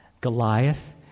Goliath